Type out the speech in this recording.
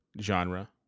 genre